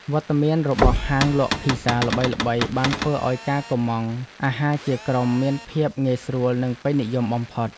វត្តមានរបស់ហាងលក់ភីហ្សាល្បីៗបានធ្វើឱ្យការកម្ម៉ង់អាហារជាក្រុមមានភាពងាយស្រួលនិងពេញនិយមបំផុត។